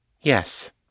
Yes